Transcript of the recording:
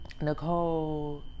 Nicole